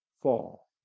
fall